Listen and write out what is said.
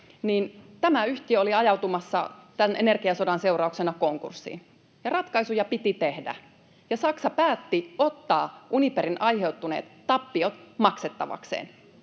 — oli ajautumassa tämän energiasodan seurauksena konkurssiin, ja ratkaisuja piti tehdä. Saksa päätti ottaa Uniperille aiheutuneet tappiot maksettavakseen.